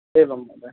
एवं महोदय